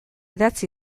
idatz